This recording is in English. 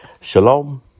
Shalom